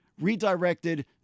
redirected